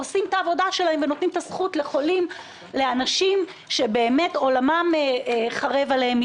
שהם נותנים את הזכות לאנשים שבאמת עולמם חרב עליהם,